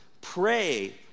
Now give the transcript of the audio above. Pray